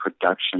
production